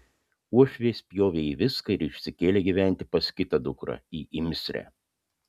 uošviai spjovė į viską ir išsikėlė gyventi pas kitą dukrą į imsrę